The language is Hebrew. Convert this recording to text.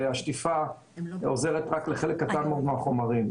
השטיפה עוזרת רק לחלק קטן מאוד מהחומרים.